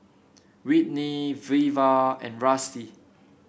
Whitney Veva and Rusty